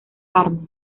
armas